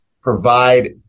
provide